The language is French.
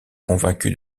convaincu